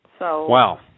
Wow